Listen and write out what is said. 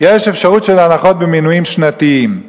יש אפשרות של הנחות במינויים שנתיים.